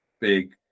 big